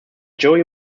joey